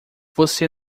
você